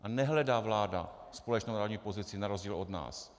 A nehledá vláda společnou národní pozici na rozdíl od nás.